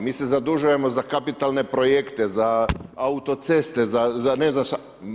Mi se zadužujemo za kapitalne projekte, za autoceste, za ne znam šta.